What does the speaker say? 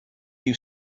you